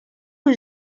que